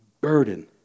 burden